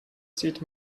zieht